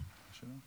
בבקשה.